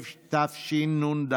התשנ"ד